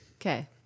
Okay